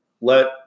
let